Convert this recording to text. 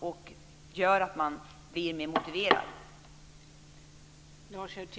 Det gör att de blir mer motiverade.